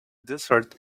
desert